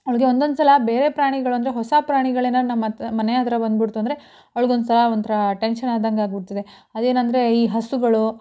ಅವ್ಳಿಗೆ ಒಂದೊಂದು ಸಲ ಬೇರೆ ಪ್ರಾಣಿಗಳಂದರೆ ಹೊಸ ಪ್ರಾಣಿಗಳೇನಾದ್ರು ನಮ್ಮ ಹತ್ ಮನೆ ಹತ್ರ ಬಂದ್ಬಿಡ್ತು ಅಂದರೆ ಅವ್ಳಿಗೆ ಒಂಥರ ಒಂಥರ ಟೆನ್ಷನ್ ಆದಂಗೆ ಆಗಿಬಿಡ್ತದೆ ಅದೇನಂದರೆ ಈ ಹಸುಗಳು